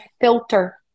filter